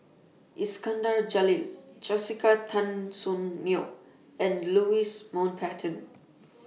Iskandar Jalil Jessica Tan Soon Neo and Louis Mountbatten